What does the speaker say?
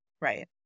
Right